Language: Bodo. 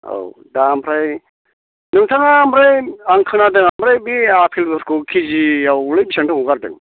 औ दा ओमफ्राय नोंथाङा ओमफ्राय आं खोनादों ओमफ्राय बे आपेलफोरखौ केजिआवलाय बेसेबांथो हगारदों